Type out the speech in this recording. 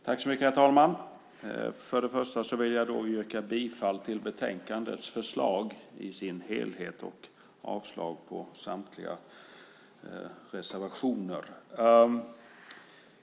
Herr talman! Först yrkar jag bifall till förslaget i betänkandet i sin helhet och avslag på samtliga reservationer.